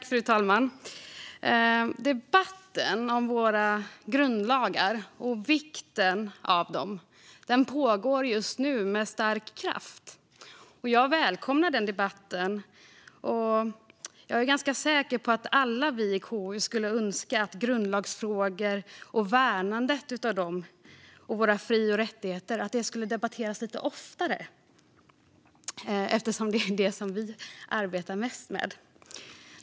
Fru talman! Debatten om våra grundlagar och vikten av dem pågår just nu med stark kraft, och jag välkomnar den debatten. Jag är ganska säker på att alla vi i KU skulle önska att grundlagsfrågor och värnandet av dem och våra fri och rättigheter skulle debatteras lite oftare eftersom det är detta som vi arbetar mest med.